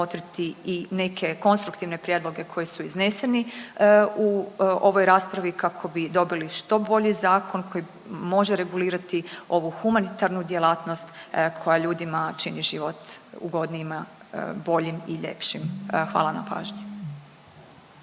i neke konstruktivne prijedloge koji su izneseni u ovoj raspravi kako bi dobili što bolji zakon koji može regulirati ovu humanitarnu djelatnost koja ljudima čini život ugodnijima, boljim i ljepšim. Hvala na pažnji.